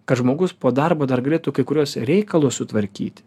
kad žmogus po darbo dar galėtų kai kuriuos reikalus sutvarkyti